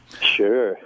Sure